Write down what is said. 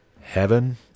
heaven